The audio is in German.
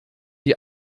die